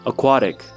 Aquatic